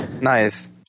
Nice